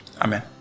amen